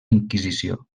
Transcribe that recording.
inquisició